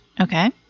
Okay